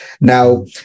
Now